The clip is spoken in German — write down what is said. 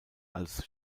als